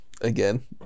Again